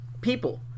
people